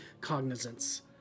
cognizance